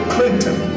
Clinton